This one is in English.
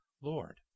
Lord